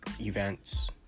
events